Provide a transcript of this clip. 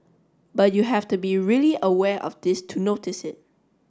but you have to be really aware of this to notice it